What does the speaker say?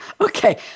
okay